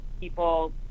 people